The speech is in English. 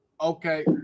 Okay